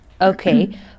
Okay